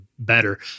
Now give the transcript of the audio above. better